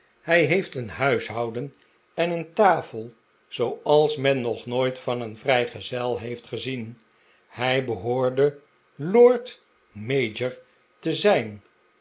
hij heeft een huishouden en een tafel zooals men nog nooit van een vrijgezel heeft gezien hij behoorde lord-mayor te zijn